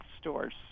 stores